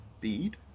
Bead